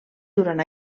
durant